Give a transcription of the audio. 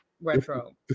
retro